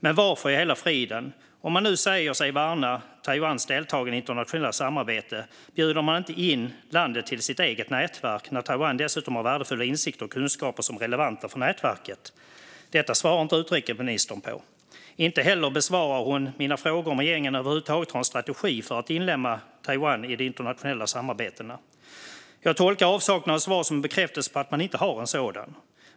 Men varför i hela friden bjuder man inte in Taiwan till sitt eget nätverk om man nu säger sig värna dess deltagande i internationella samarbeten? Taiwan har ju dessutom värdefulla insikter och kunskaper som är relevanta för nätverket. Detta svarar inte utrikesministern på. Inte heller besvarar hon mina frågor om regeringen över huvud taget har en strategi för att inlemma Taiwan i internationella samarbeten. Jag tolkar avsaknaden av svar som en bekräftelse på att man inte har någon sådan.